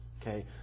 okay